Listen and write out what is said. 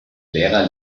lehrer